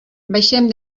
baixem